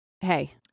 hey